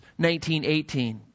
19.18